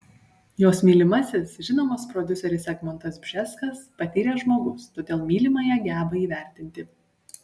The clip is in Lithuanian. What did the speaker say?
jos mylimasis žinomas prodiuseris egmontas bžeskas patyręs žmogus todėl mylimąją geba įvertinti